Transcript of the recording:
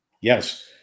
Yes